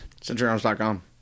CenturyArms.com